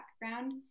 background